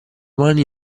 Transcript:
mani